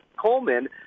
Coleman